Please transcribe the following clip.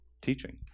teaching